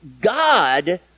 God